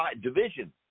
division